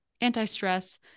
anti-stress